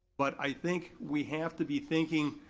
but i think we have to be thinking,